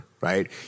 right